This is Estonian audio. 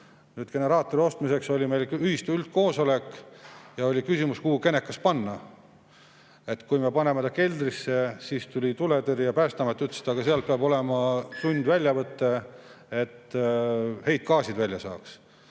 osta. Generaatori ostmiseks oli meil ühistu üldkoosolek ja oli küsimus, kuhu genekas panna. Kui me panime ta keldrisse, siis tuli Päästeamet ja ütles, et aga seal peab olema sundväljavõte, et heitgaasid välja saaks.